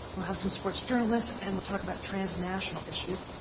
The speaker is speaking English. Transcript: we'll have some sports journalists, and we'll talk about transnational issues.